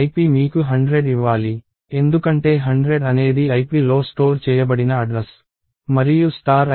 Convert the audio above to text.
Ip మీకు 100 ఇవ్వాలి ఎందుకంటే 100 అనేది ip లో స్టోర్ చేయబడిన అడ్రస్ మరియు